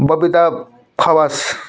Babita Khawas